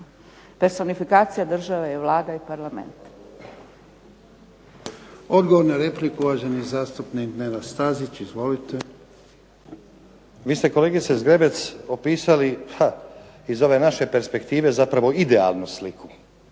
personifikacija države je Vlada i Parlament.